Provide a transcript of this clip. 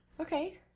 Okay